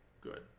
good